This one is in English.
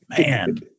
man